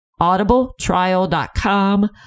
audibletrial.com